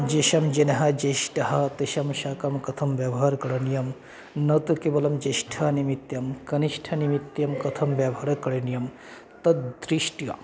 तेषां जनः ज्येष्ठः तेषां साकं कथं व्यवहारं करणीयं न तु केवलं ज्येष्ठनिमित्तं कनिष्ठनिमित्तं कथं व्यवहारं करणीयं तद्दृष्ट्या